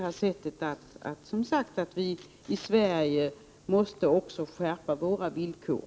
I Sverige måste vi som sagt också skärpa våra villkor.